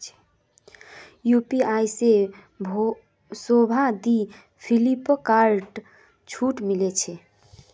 UPI से शोभा दी फिलिपकार्टत छूट मिले छे